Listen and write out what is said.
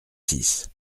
six